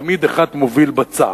תמיד אחד מוביל בצעד.